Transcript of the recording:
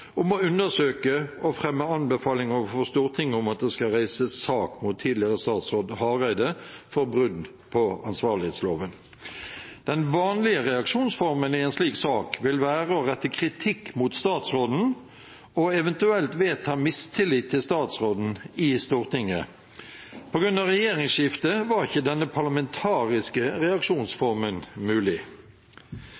om å undersøke og fremme anbefaling overfor Stortinget om at det skal reises sak mot tidligere statsråd Hareide for brudd på ansvarlighetsloven. Den vanlige reaksjonsformen i en slik sak vil være å rette kritikk mot statsråden og eventuelt vedta mistillit til statsråden i Stortinget. På grunn av regjeringsskiftet var ikke denne parlamentariske